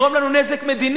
כי זה יגרום לנו נזק מדיני.